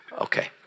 Okay